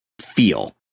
feel